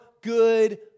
good